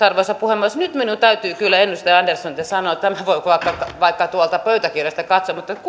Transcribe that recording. arvoisa puhemies nyt minun täytyy kyllä edustaja anderssonille sanoa tämän voi vaikka pöytäkirjasta katsoa että